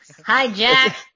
Hijack